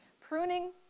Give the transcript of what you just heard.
pruning